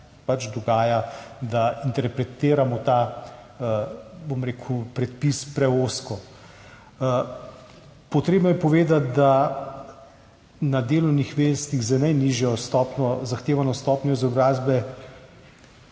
pač dogaja, da interpretiramo ta predpis preozko. Potrebno je povedati, da je na delovnih mestih z najnižjo zahtevano stopnjo izobrazbe